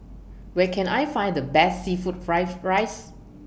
Where Can I Find The Best Seafood Fried Rice